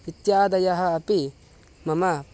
इत्यादयः अपि मम